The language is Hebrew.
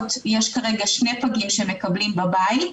יש כרגע שני פגים שמקבלים בבית,